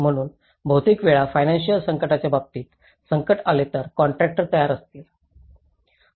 म्हणून बहुतेक वेळा फीनंसिअल संकटाच्या बाबतीत संकट आले तर हे कॉन्ट्रॅक्टर तयार असतील